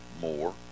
more